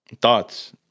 Thoughts